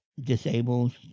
disabled